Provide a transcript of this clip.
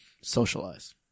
socialize